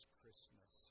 Christmas